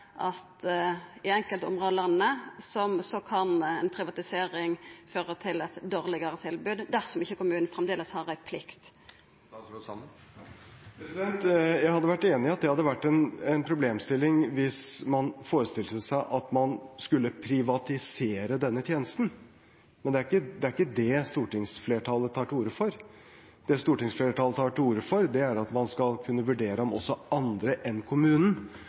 at i enkelte område av landet kan privatisering føra til eit dårlegare tilbod dersom ikkje kommunen framleis har ei plikt? Jeg hadde vært enig i at det hadde vært en problemstilling hvis man forestilte seg at man skulle privatisere denne tjenesten, men det er ikke det stortingsflertallet tar til orde for. Det stortingsflertallet tar til orde for, er at man skal kunne vurdere om også andre enn kommunen